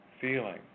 feeling